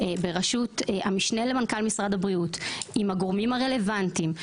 בראשות המשנה למנכ"ל משרד הבריאות עם הגורמים הרלוונטיים,